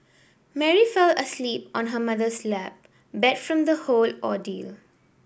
Mary fell asleep on her mother's lap beat from the whole ordeal